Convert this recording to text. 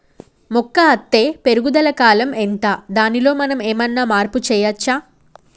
మొక్క అత్తే పెరుగుదల కాలం ఎంత దానిలో మనం ఏమన్నా మార్పు చేయచ్చా?